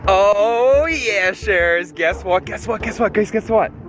oh yes sharers, guess what, guess what, guess what, grace, guess what.